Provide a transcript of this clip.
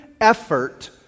effort